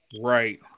right